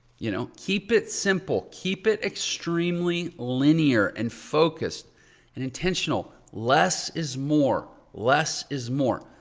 you know, keep it simple, keep it extremely linear and focused and intentional. less is more, less is more.